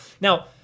Now